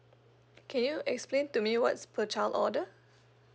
can you explain to me what's per child order